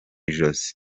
ijosi